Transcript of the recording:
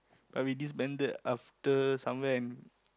but we disbanded after somewhere in